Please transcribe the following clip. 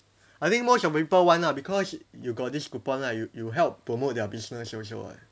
I think most of the people want ah because you got this coupon right you you help promote their business also [what]